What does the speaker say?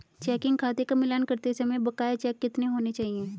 Checking खाते का मिलान करते समय बकाया चेक कितने होने चाहिए?